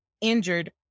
injured